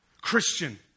Christian